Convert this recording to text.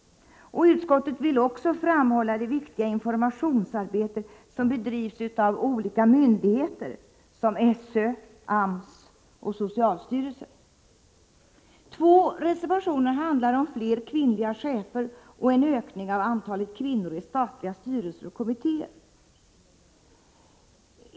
Utskottet vill också framhålla det viktiga informationsarbete som bedrivs av olika myndigheter som SÖ, AMS och socialstyrelsen. Två reservationer handlar om fler kvinnliga chefer och en ökning av antalet kvinnor i statliga styrelser och kommittéer.